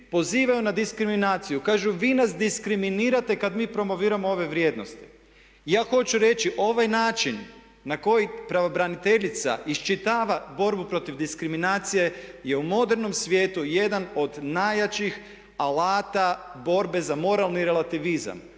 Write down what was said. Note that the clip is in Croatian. pozivaju na diskriminaciju. Kažu vi nas diskriminirate kad mi promoviramo ove vrijednosti. Ja hoću reći, ovaj način na koji pravobraniteljica iščitava borbu protiv diskriminacije je u modernom svijetu jedan od najjačih alata borbe za moralni relativizam